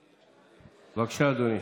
בבקשה, אדוני,